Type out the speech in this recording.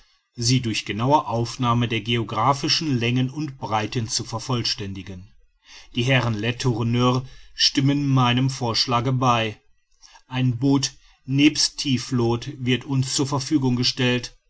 sie durch genaue aufnahme der geographischen länge und breite zu vervollständigen die herren letourneur stimmen meinem vorschlage bei ein boot nebst tiefloth wird uns zur verfügung gestellt